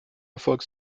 erfolg